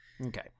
okay